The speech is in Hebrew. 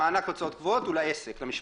המענק הוצאות קבועות הוא לעסק, למשפחתון.